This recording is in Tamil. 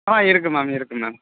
ஆ இருக்குது மேம் இருக்குது மேம்